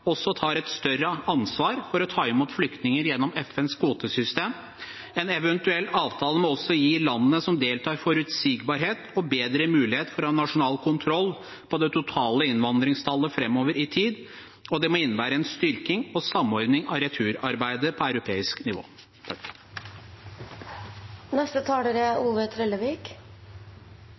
også tar et større ansvar for å ta imot flyktninger gjennom FNs kvotesystem. En eventuell avtale må også gi landene som deltar, forutsigbarhet og bedre mulighet for å ha nasjonal kontroll på det totale innvandringstallet framover i tid, og det må innebære en styrking og samordning av returarbeidet på europeisk nivå. Noreg er